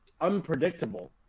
unpredictable